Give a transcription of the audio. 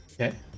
okay